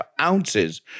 ounces